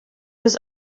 was